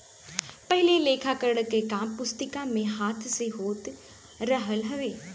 पहिले लेखाकरण के काम पुस्तिका में हाथ से होत रहल हवे